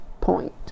point